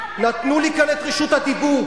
נתנו לי כאן את רשות הדיבור.